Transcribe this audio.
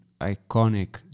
iconic